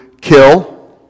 kill